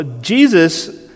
Jesus